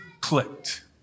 clicked